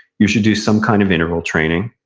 you should do some kind of interval training.